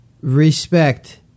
respect